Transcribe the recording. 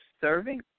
serving